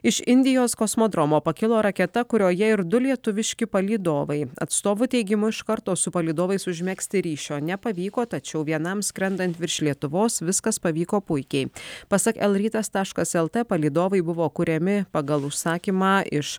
iš indijos kosmodromo pakilo raketa kurioje ir du lietuviški palydovai atstovų teigimu iš karto su palydovais užmegzti ryšio nepavyko tačiau vienam skrendant virš lietuvos viskas pavyko puikiai pasak el rytas taškas lt palydovai buvo kuriami pagal užsakymą iš